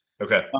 Okay